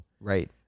Right